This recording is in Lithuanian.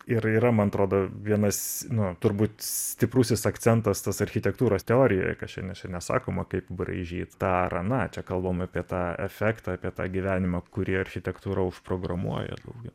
ir yra man atrodo vienas nu turbūt stiprusis akcentas tas architektūros teorijoj kas šiandien nesakoma kaip braižyt tą ar ną čia kalbam apie tą efektą apie tą gyvenimą kurį architektūra užprogramuoja daugiau